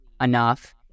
enough